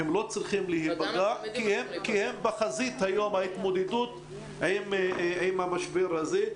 הם לא צריכים להיפגע כי הם בחזית ההתמודדות עם המשבר הזה.